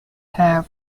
have